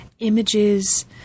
Images